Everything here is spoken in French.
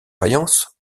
faïence